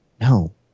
No